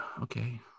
okay